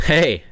Hey